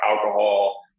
alcohol